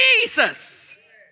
Jesus